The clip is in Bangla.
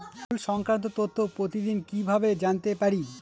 মুল্য সংক্রান্ত তথ্য প্রতিদিন কিভাবে জানতে পারি?